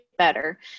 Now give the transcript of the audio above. better